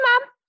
mom